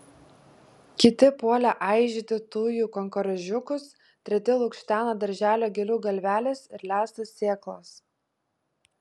kiti puolė aižyti tujų kankorėžiukus treti lukštena darželio gėlių galveles ir lesa sėklas